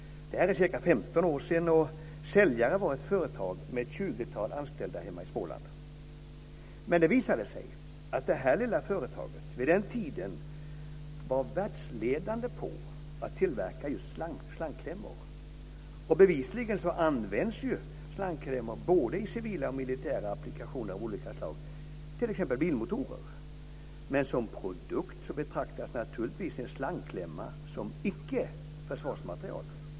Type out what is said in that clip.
Det här är ca 15 år sedan. Säljare var ett företag med ett tjugotal anställda hemma i Småland. Men det visade sig att detta lilla företag vid den tiden var världsledande på att tillverka just slangklämmor. Bevisligen används ju slangklämmor både i civila och militära applikationer av olika slag, t.ex. i bilmotorer. Men som produkt betraktas naturligtvis en slangklämma som icke försvarsmaterial.